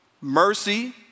mercy